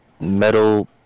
metal